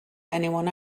anyone